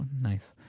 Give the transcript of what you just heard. Nice